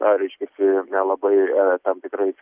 ar reiškiasi nelabai tam tikrais